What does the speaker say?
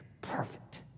perfect